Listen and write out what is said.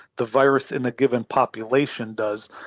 the virus in a given population does,